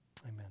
Amen